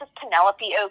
Penelope